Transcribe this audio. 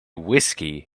whiskey